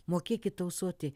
mokėkit tausoti